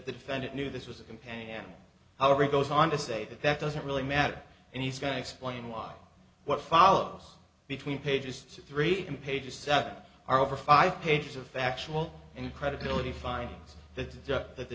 defendant knew this was a companion however he goes on to say that that doesn't really matter and he's going to explain why what follows between pages three in pages that are over five pages of factual incredibility findings that the